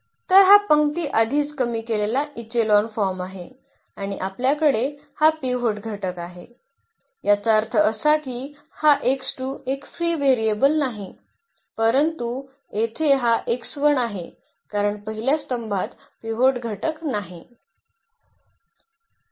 तर हा पंक्ती आधीच कमी केलेला इचेलॉन फॉर्म आहे आणि आपल्याकडे हा पिव्होट घटक आहे याचा अर्थ असा की हा एक फ्री व्हेरिएबल नाही परंतु येथे हा आहे कारण पहिल्या स्तंभात पिव्होट घटक नाही